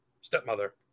Stepmother